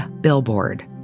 billboard